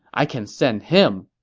i can send him.